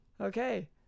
Okay